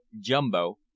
Jumbo